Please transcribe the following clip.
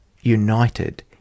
united